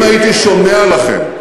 אם הייתי שומע לכם,